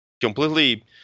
completely